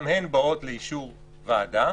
גם הן באות לאישור ועדה.